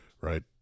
Right